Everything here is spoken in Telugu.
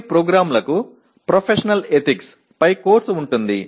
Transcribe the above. కొన్ని ప్రోగ్రామ్లకు ప్రొఫెషనల్ ఎథిక్స్ పై కోర్సు ఉంటుంది